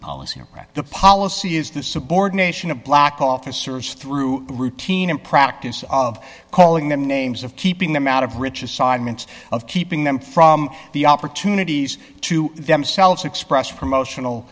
policy or the policy is the subordination of black officers through routine practice of calling them names of keeping them out of rich assignments of keeping them from the opportunities to themselves express promotional